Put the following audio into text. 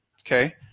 okay